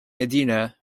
edina